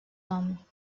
nom